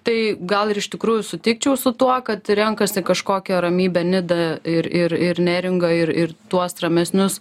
tai gal ir iš tikrųjų sutikčiau su tuo kad renkasi kažkokią ramybę nidą ir ir ir neringą ir ir tuos ramesnius